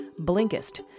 Blinkist